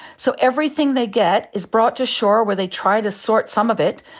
so everything they get is brought to shore where they try to sort some of it,